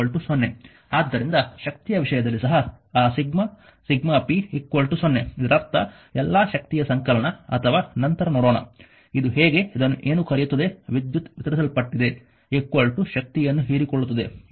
ಆದ್ದರಿಂದ ಶಕ್ತಿಯ ವಿಷಯದಲ್ಲಿ ಸಹ ಆ ಸಿಗ್ಮಾ p 0 ಇದರರ್ಥ ಎಲ್ಲಾ ಶಕ್ತಿಯ ಸಂಕಲನ ಅಥವಾ ನಂತರ ನೋಡೋಣ ಇದು ಹೇಗೆ ಇದನ್ನು ಏನು ಕರೆಯುತ್ತದೆ ವಿದ್ಯುತ್ ವಿತರಿಸಲ್ಪಟ್ಟಿದೆ ಶಕ್ತಿಯನ್ನು ಹೀರಿಕೊಳ್ಳುತ್ತದೆ ಇದನ್ನು ನಂತರ ನೋಡೋಣ